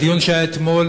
בדיון שהיה אתמול,